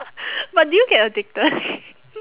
but do you get addicted